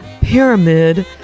pyramid